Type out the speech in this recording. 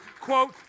quote